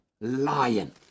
lion